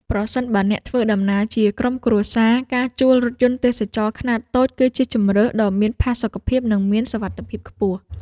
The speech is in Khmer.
ប្រសិនបើអ្នកធ្វើដំណើរជាក្រុមគ្រួសារ ការជួលរថយន្តទេសចរណ៍ខ្នាតតូចគឺជាជម្រើសដ៏មានផាសុកភាព និងមានសុវត្ថិភាពខ្ពស់។